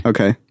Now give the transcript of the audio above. Okay